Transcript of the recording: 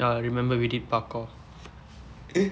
ya remember we did parkour